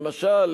למשל,